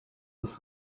das